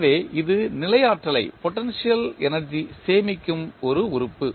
எனவே இது நிலை ஆற்றலை சேமிக்கும் ஒரு உறுப்பு